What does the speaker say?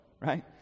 right